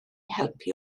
helpu